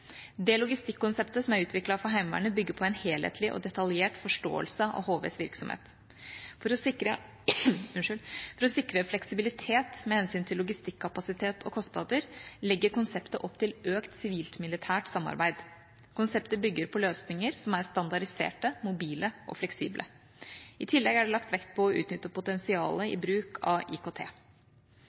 Det logistikkonseptet som er utviklet for Heimevernet, bygger på en helhetlig og detaljert forståelse av HVs virksomhet. For å sikre fleksibilitet med hensyn til logistikkapasitet og kostnader legger konseptet opp til økt sivilt-militært samarbeid. Konseptet bygger på løsninger som er standardiserte, mobile og fleksible. I tillegg er det lagt vekt på å utnytte potensialet i bruk av IKT.